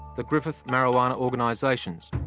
the group of marijuana organisations.